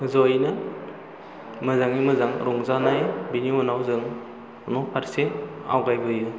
जयैनो मोजाङै मोजां रंजानाय बिनि उनाव जों न'फारसे आवगायबोयो